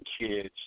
kids